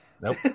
Nope